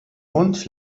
und